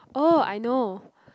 oh I know